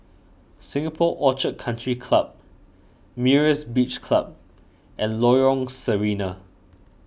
Singapore Orchid Country Club Myra's Beach Club and Lorong Sarina